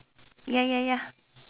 ya ya ya